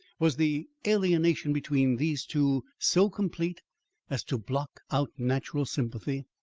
was the alienation between these two so complete as to block out natural sympathy?